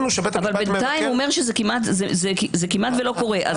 אבל בינתיים אומר שזה כמעט ולא קורה.